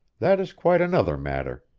that is quite another matter.